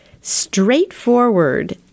straightforward